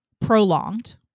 Prolonged